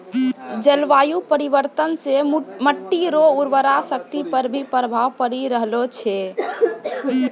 जलवायु परिवर्तन से मट्टी रो उर्वरा शक्ति पर भी प्रभाव पड़ी रहलो छै